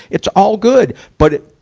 it's all good. but it,